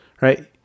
right